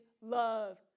love